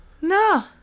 no